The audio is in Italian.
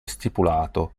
stipulato